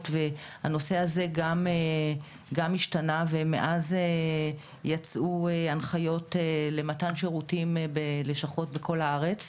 והנושא הזה גם השתנה ומאז יצאו הנחיות למתן שירותים בלשכות בכל הארץ,